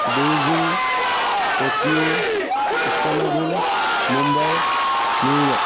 Beijing Tokyo Istanbul Mumbai New York